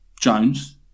Jones